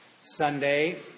Sunday